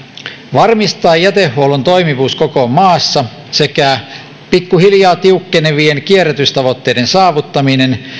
varmistaa jätehuollon toimivuus koko maassa sekä pikkuhiljaa tiukkenevien kierrätystavoitteiden saavuttaminen